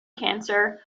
cancer